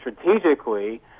strategically